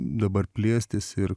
dabar plėstis ir